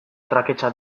traketsa